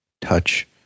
touch